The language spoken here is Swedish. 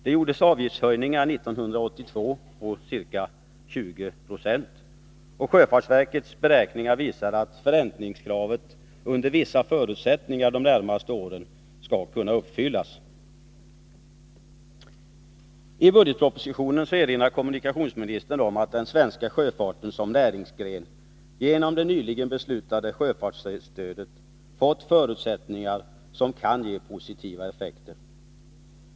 Det gjordes avgiftshöjningar 1982 på ca 20 926, och sjöfartsverkets beräkningar visar att förräntningskravet under vissa förutsättningar skall kunna uppfyllas de närmaste åren. I budgetpropositionen erinrar kommunikationsministern om att den svenska sjöfarten som näringsgren genom det nyligen beslutade sjöfartsstödet fått förutsättningar som kan ge positiva effekter.